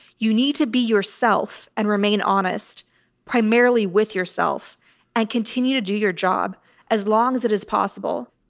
you need to be yourself and remain honest primarily with yourself and continue to do your job as long as it is possible.